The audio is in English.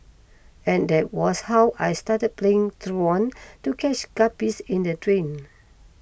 and that was how I started playing truant to catch guppies in the drain